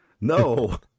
No